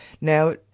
Now